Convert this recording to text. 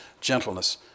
gentleness